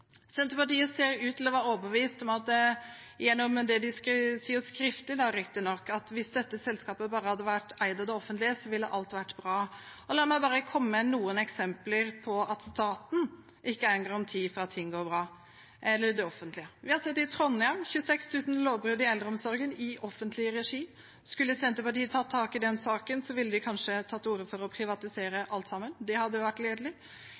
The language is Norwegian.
Senterpartiet ser ut til å være overbevist om – gjennom det de sier skriftlig, riktignok – at hvis dette selskapet bare hadde vært eid av det offentlige, ville alt vært bra. La meg bare komme med noen eksempler på at staten eller det offentlige ikke er en garanti for at ting går bra. Vi har sett det i Trondheim – 26 000 lovbrudd i eldreomsorgen i offentlig regi. Skulle Senterpartiet tatt tak i den saken, ville de kanskje tatt til orde for å privatisere alt sammen. Det hadde jo vært gledelig.